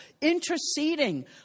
interceding